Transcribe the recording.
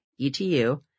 ETU